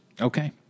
Okay